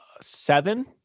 seven